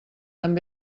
amb